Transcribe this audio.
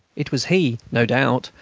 it was he, no doubt,